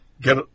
get